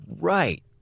right